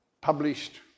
published